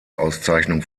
auszeichnung